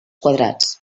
quadrats